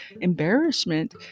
embarrassment